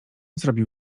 zrobił